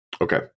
Okay